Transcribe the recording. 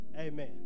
Amen